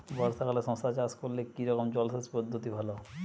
বর্ষাকালে শশা চাষ করলে কি রকম জলসেচ পদ্ধতি ভালো?